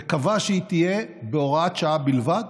וקבע שהיא תהיה בהוראת שעה בלבד,